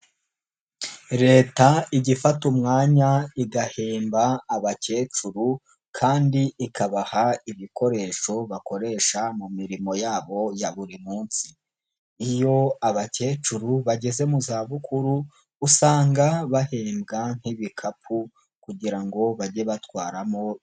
Leta ijya ifata umwanya igahemba abakecuru kandi ikabaha ibikoresho bakoresha mu mirimo yabo ya buri munsi. Iyo abakecuru bageze mu zabukuru, usanga bahembwa nk'ibikapu kugira ngo bajye batwaramo.